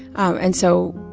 and so